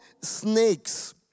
snakes